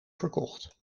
verkocht